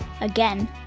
Again